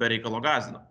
be reikalo gąsdino